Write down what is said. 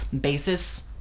basis